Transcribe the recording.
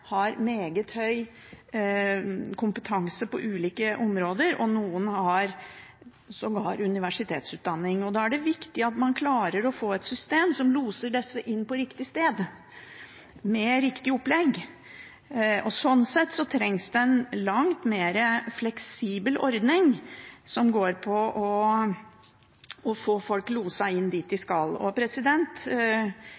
det viktig at man klarer å få et system som loser disse inn på riktig sted med riktig opplegg. Sånn sett trengs det en langt mer fleksibel ordning, som går på å få folk loset inn dit de